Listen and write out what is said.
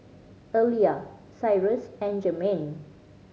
Elia Cyrus and Jermaine